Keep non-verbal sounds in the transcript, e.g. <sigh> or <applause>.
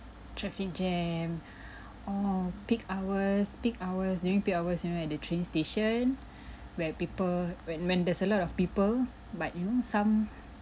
traffic jam <breath> or peak hours peak hours during peak hours you know at the train station <breath> where people when when there's a lot of people but you know some